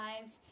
lives